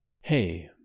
HEY